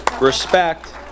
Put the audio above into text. respect